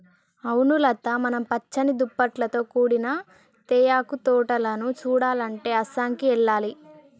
అవును లత మనం పచ్చని దుప్పటాలతో కూడిన తేయాకు తోటలను సుడాలంటే అస్సాంకి ఎల్లాలి